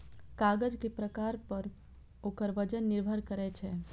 कागज के प्रकार पर ओकर वजन निर्भर करै छै